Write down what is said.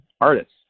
artists